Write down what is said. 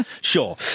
sure